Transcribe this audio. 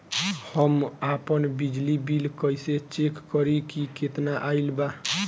हम आपन बिजली बिल कइसे चेक करि की केतना आइल बा?